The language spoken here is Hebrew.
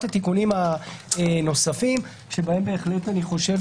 התיקונים הנוספים שבהם בהחלט אני חושב